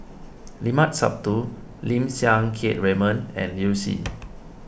Limat Sabtu Lim Siang Keat Raymond and Liu Si